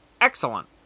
Excellent